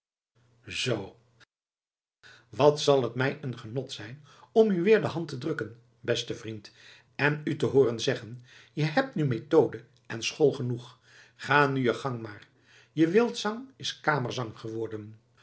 zoo wat zal t mij een genot zijn om u weer de hand te drukken beste vriend en u te hooren zeggen je hebt nu methode en school genoeg ga nu je gang maar je wildzang is kamerzang geworden